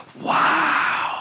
wow